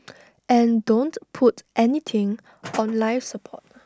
and don't put anything on life support